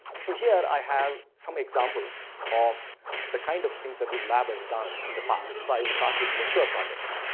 so, here i have some examples of the kinds kind of things that this lab has done in the past. so, i will start with mature projects,